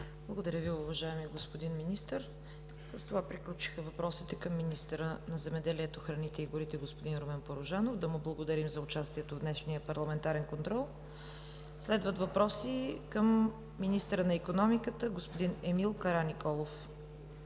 Благодаря Ви, уважаеми господин Министър. С това приключиха въпросите към министъра на земеделието, храните и горите, господин Румен Порожанов. Да му благодарим за участието в днешния парламентарен контрол. Следват въпроси към министъра на икономиката – господин Емил Караниколов.